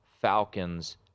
Falcons